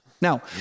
Now